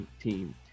team